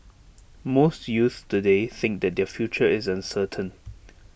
most youths today think that their future is uncertain